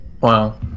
Wow